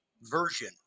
version